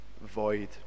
void